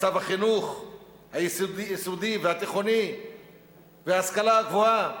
מצב החינוך היסודי והתיכוני וההשכלה הגבוהה,